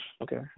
Okay